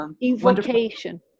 invocation